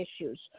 issues